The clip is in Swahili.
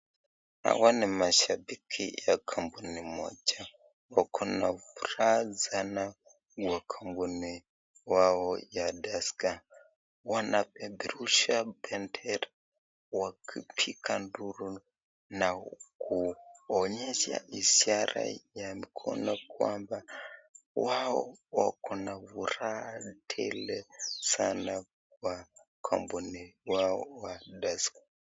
Hawa ni mashabiki ya kampuni moja wako na furaha sana kuwa kampuni wao ya Tusker, wanapeperusha bendera wakipiga nduru na kuonyesha ishara ya mkono kwamba wao wako na furaha tele sana kwa kampuni wao wa Tusker.